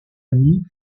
amie